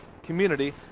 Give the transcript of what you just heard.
community